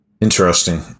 interesting